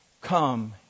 Come